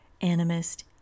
animist